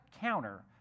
counter